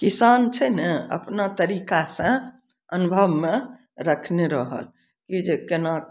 किसान छै ने अपना तरिकासंँ अनुभबमे रखने रहल ई जे केना